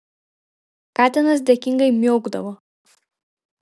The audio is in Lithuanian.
katinas dėkingai miaukdavo